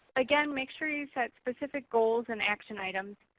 again, make sure you set specific goals and action items.